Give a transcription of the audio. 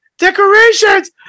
decorations